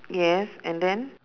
yes and then